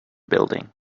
building